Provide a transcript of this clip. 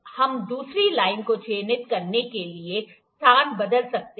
हम दूसरी लाइन को चिह्नित करने के लिए स्थान बदल सकते हैं